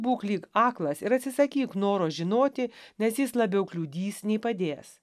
būk lyg aklas ir atsisakyk noro žinoti nes jis labiau kliudys nei padės